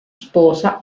sposa